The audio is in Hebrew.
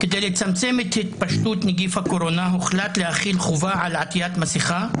כדי לצמצם את התפשטות נגיף הקורונה הוחלט להחיל חובה על עטיית מסיכה.